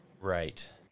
right